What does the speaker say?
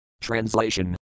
Translation